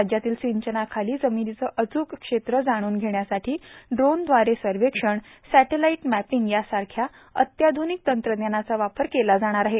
राज्यातील सिंचनाखालील जमिनीचे अचूक क्षेत्र जाणून धेण्यासाठी ड्रोनद्वारे सर्वेक्षण सेटेलाईट मॅपिंग यासारख्या अत्याध्निक तंत्रजाचा वापर केला जाणार आहे